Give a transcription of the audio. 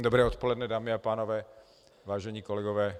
Dobré odpoledne, dámy a pánové, vážení kolegové.